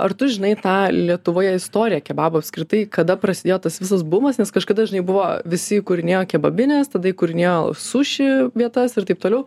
ar tu žinai tą lietuvoje istoriją kebabo apskritai kada prasidėjo tas visas bumas nes kažkada žinai buvo visi įkūrinėjo kebabines tada įkūrinėjo suši vietas ir taip toliau